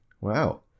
wow